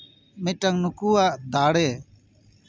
ᱢᱤᱫᱴᱟᱱ ᱱᱩᱠᱩᱣᱟᱜ ᱫᱟᱲᱮ